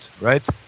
right